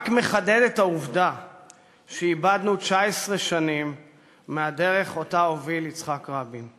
רק מחדד את העובדה שאיבדנו 19 שנים מהדרך שהוביל יצחק רבין,